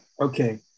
Okay